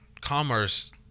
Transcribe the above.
commerce